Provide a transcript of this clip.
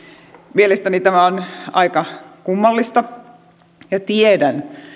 mielestäni tämä on aika kummallista ja tiedän